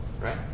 Right